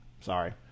sorry